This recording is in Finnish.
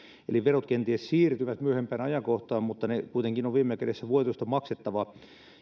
eli verot kenties siirtyvät myöhempään ajankohtaan mutta ne kuitenkin on viime kädessä voitoista maksettava